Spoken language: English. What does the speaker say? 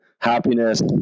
happiness